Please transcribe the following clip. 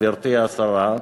גברתי השרה,